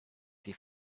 sie